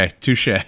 touche